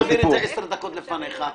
אם הייתי מעביר את זה עשר דקות לפני שהגעת?